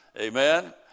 Amen